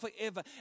forever